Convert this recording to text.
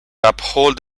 uphold